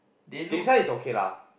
this one is okay lah